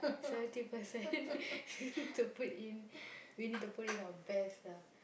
seventy percent percent to put in we need to put in our best lah